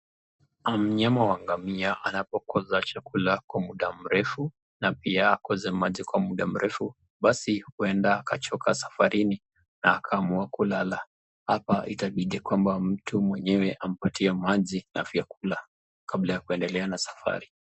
mnyama wa ngamia anapokusa chakula kwa mda mrefu na pia kukosa maji kwa mda mrefu basi uenda wakachoka safarini na akaamua kulala hapa itabidi kwamba mtu mwenyewe ampatie maji na vyakula kabla ya kuendelea na safari.